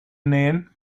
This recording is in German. nähen